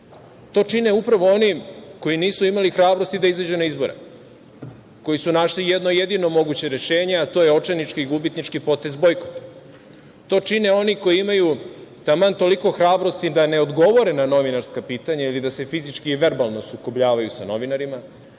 To čine upravo oni koji nisu imali hrabrosti da izađu na izbore, koji su našli jedno jedino moguće rešenje, a to je očajnički i gubitnički potez bojkota, to čine oni koji imaju taman toliko hrabrosti da ne odgovore na novinarska pitanja ili da se fizički i verbalno sukobljavaju sa novinarima,